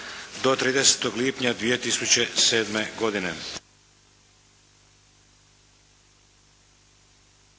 do 30. lipnja 2007. godine.